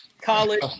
college